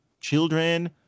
children